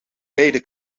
beide